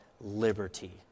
liberty